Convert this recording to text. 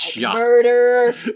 murder